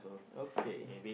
okay